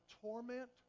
torment